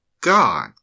God